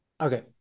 Okay